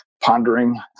pondering